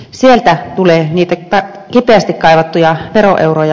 sieltä tulee niitä kipeästi kaivattuja veroeuroja